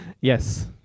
Yes